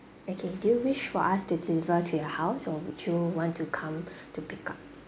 okay do you wish for us to deliver to your house or would you want to come to pick up